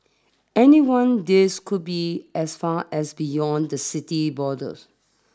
anyone these could be as far as beyond the city's borders